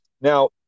now